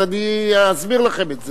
אז אני אסביר לכם את זה.